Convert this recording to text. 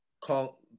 call